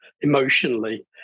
emotionally